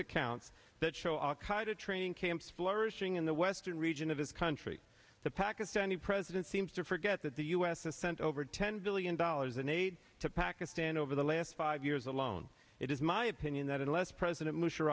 accounts that show al qaeda training camps flourishing in the western region of his country the pakistani president seems to forget that the us has sent over ten billion dollars in aid to pakistan over the last five years alone it is my opinion that unless president mush